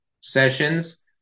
sessions